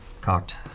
cocked